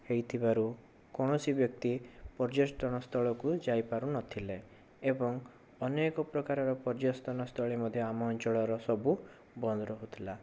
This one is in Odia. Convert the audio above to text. ହୋଇଥିବାରୁ କୌଣସି ବ୍ୟକ୍ତି ପର୍ଯ୍ୟଟନ ସ୍ଥଳକୁ ଯାଇ ପାରୁନଥିଲେ ଏବଂ ଅନ୍ୟ ଏକ ପ୍ରକାରର ପର୍ଯ୍ୟଟନ ସ୍ଥଳୀ ମଧ୍ୟ ଆମ ଅଞ୍ଚଳରେ ସବୁ ବନ୍ଦ ରହୁଥିଲା